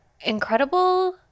incredible